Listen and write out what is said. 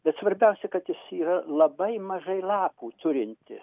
bet svarbiausia kad jis yra labai mažai lapų turintis